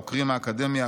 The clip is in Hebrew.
חוקרים מהאקדמיה,